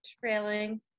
trailing